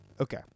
Okay